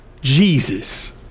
Jesus